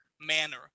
manner